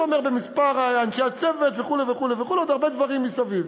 זה אומר במספר אנשי הצוות וכו' וכו' וכו' ועוד הרבה דברים מסביב.